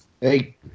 Hey